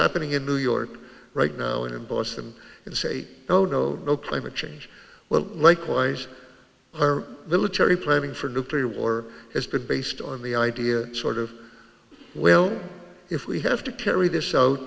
happening in new york right now and in boston it's a no no no climate change well likewise our military planning for nuclear war has been based on the idea sort of well if we have to carry this out